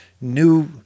new